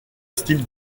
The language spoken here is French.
style